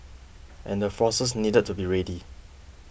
and the forces need to be ready